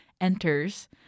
enters